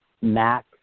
Max